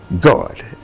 God